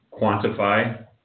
Quantify